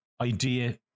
idea